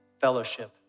fellowship